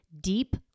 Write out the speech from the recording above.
deep